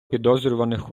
підозрюваних